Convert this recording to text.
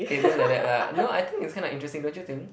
eh don't like that lah no I think it's kinda interesting don't you think